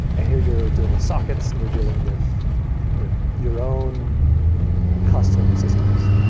here you're dealing with sockets and you're dealing with your own custom systems.